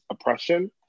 oppression